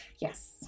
yes